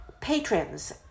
patrons